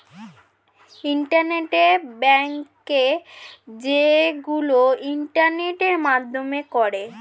internet banking যেইগুলো ইন্টারনেটের মাধ্যমে করে